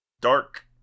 Dark